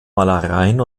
malereien